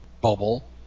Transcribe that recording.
bubble